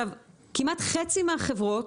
כמעט חצי מהחברות